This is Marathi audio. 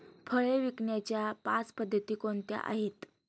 फळे विकण्याच्या पाच पद्धती कोणत्या आहेत?